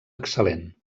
excel·lent